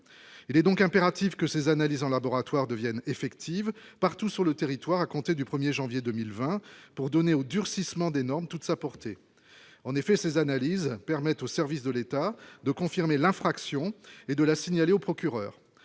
il est donc impératif que ces analyses en laboratoire devienne effective partout sur le territoire, à compter du 1er janvier 2020 pour donner au durcissement des normes toute sa portée, en effet, ces analyses permettent aux services de l'État de confirmer l'infraction et de la signaler au procureur,